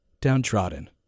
downtrodden